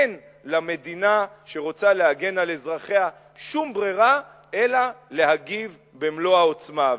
אין למדינה שרוצה להגן על אזרחיה שום ברירה אלא להגיב במלוא העוצמה.